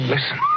Listen